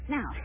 Now